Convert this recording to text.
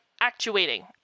actuating